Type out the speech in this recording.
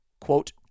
quote